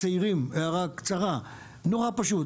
הערה קצרה נורא פשוטה,